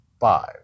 five